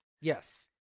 Yes